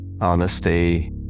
Honesty